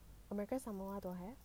america samoa don't have